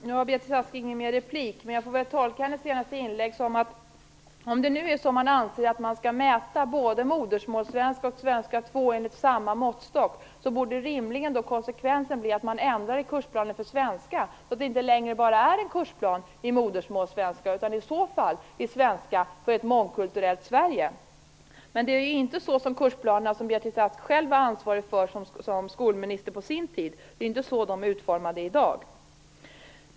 Fru talman! Nu har Beatrice Ask ingen mer replik. Jag får väl tolka hennes senaste inlägg så här: Om man nu anser att man skall mäta både modersmålssvenska och svenska 2 med samma måttstock borde rimligen konsekvensen bli att man ändrar i kursplanen för svenska så att den inte längre bara är en kursplan i modersmålssvenska, utan i svenska för ett mångkulturellt Sverige. Men det är inte så de kursplaner som Beatrice Ask själv var ansvarig för som skolminister på sin tid är utformade i dag.